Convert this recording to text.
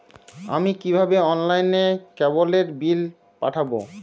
আমি কিভাবে অনলাইনে কেবলের বিল মেটাবো?